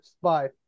bye